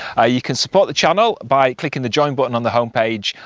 ah you can support the channel by clicking the join button on the home page,